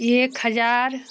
एक हज़ार